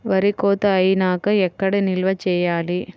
వరి కోత అయినాక ఎక్కడ నిల్వ చేయాలి?